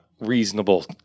reasonable